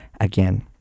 again